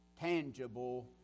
tangible